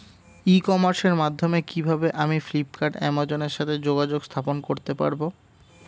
ই কমার্সের মাধ্যমে কিভাবে আমি ফ্লিপকার্ট অ্যামাজন এর সাথে যোগাযোগ স্থাপন করতে পারব?